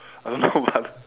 I don't know but